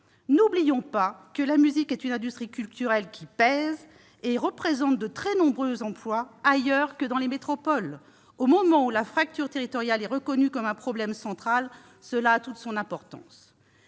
N'oublions pas que la musique est une industrie culturelle qui pèse et représente de très nombreux emplois ailleurs que dans les métropoles. Au moment où la fracture territoriale est reconnue comme un problème central, ce point a toute son importance.